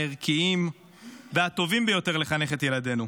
הערכיים והטובים ביותר לחנך את ילדינו.